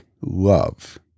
love